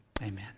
Amen